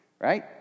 Right